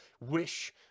wish